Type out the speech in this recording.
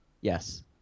yes